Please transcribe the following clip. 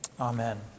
Amen